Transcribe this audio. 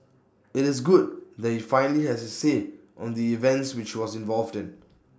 IT is good that he finally has his say on the events which he was involved in